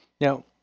Now